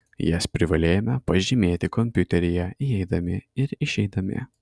jas privalėjome pažymėti kompiuteryje įeidami ir išeidami